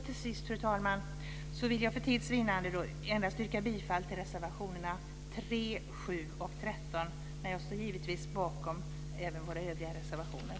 Till sist, fru talman, vill jag för tids vinnande yrka bifall endast till reservationerna 3, 7 och 13. Men jag står givetvis bakom även våra övriga reservationer.